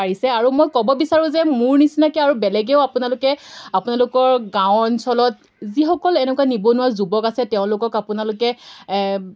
পাৰিছে আৰু মই ক'ব বিচাৰোঁ যে মোৰ নিচিনাকৈ আৰু বেলেগেও আপোনালোকে আপোনালোকৰ গাঁও অঞ্চলত যিসকল এনেকুৱা নিবনুৱা যুৱক আছে তেওঁলোকক আপোনালোকে